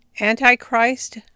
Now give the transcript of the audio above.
Antichrist